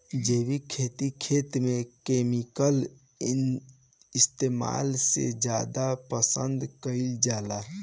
जैविक खेती खेत में केमिकल इस्तेमाल से ज्यादा पसंद कईल जाला